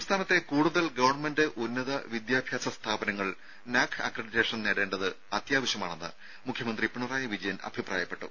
സംസ്ഥാനത്തെ കൂടുതൽ ഗവൺമെന്റ് ഉന്നത വിദ്യാഭ്യാസ സ്ഥാപനങ്ങൾ നാക് അക്രഡിറ്റേഷൻ നേടേണ്ടത് അത്യാവശ്യമാണെന്ന് മുഖ്യമന്ത്രി പിണറായി വിജയൻ അഭിപ്രായപ്പെട്ടു